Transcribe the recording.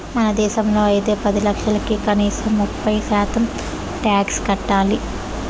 మన దేశంలో అయితే పది లక్షలకి కనీసం ముప్పై శాతం టాక్స్ కట్టాలి